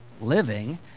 living